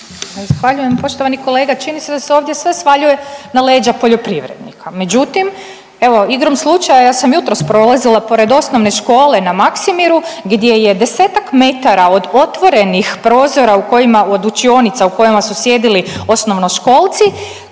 Zahvaljujem. Poštovani kolega čini se da se ovdje sve svaljuje na leđa poljoprivrednika. Međutim, evo igrom slučaja sam jutros prolazila pored osnovne škole na Maksimiru gdje je 10-ak metara od otvorenih prozora u kojima, od učionica u kojima su sjedili osnovnoškolci,